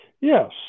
yes